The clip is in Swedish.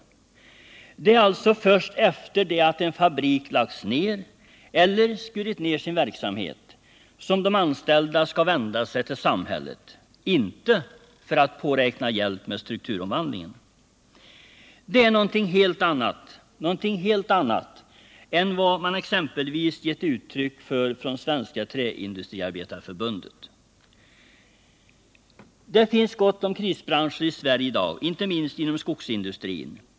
Det är alltså först efter det att en fabrik lagts ner eller skurit ned sin verksamhet som de anställda kan vända sig till samhället, inte för att påräkna hjälp med strukturomvandlingen. Det är någonting helt annat än vad man exempelvis gett uttryck för från Svenska träindustriarbetareförbundet. Det finns gott om krisbranscher i Sverige i dag, inte minst inom skogsindustrin.